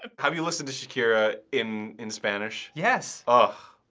ah have you listened to shakira in in spanish? yes. ah